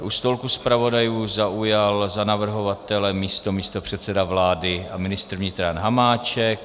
U stolku zpravodajů zaujal za navrhovatele místo místopředseda vlády a ministr vnitra Jan Hamáček.